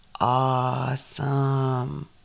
awesome